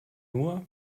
nur